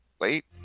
wait